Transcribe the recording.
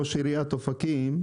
ראש עיריית אופקים,